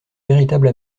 véritable